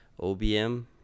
OBM